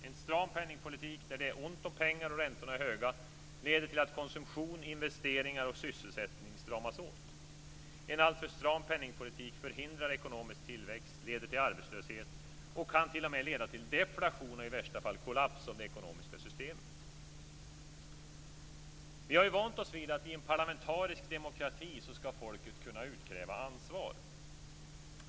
En stram penningpolitik, där det är ont om pengar och räntorna är höga, leder till att konsumtion, investeringar och sysselsättning stramas åt. En alltför stram penningpolitik förhindrar ekonomisk tillväxt, leder till arbetslöshet och kan t.o.m. leda till deflation och i värsta fall kollaps av det ekonomiska systemet. Vi har vant oss vid att i en parlamentarisk demokrati skall folket kunna utkräva ansvar.